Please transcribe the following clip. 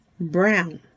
brown